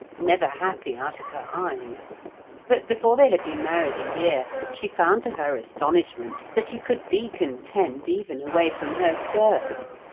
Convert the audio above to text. never happy out of her eyes but before they had been married a year she found to her astonishment that he could be content even away from her skirts,